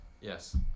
Yes